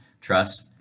trust